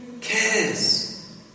cares